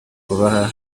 kubaha